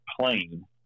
plane